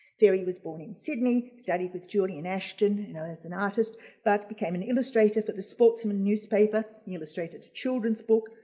ferry was born in sydney, studied with julian ashton, you know, as an artist but became an illustrator for the sportsman newspaper. illustrated a children's book,